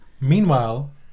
Meanwhile